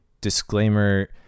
disclaimer